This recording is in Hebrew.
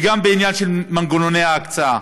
וגם בעניין של מנגנוני ההקצאה.